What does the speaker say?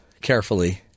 carefully